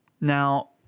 Now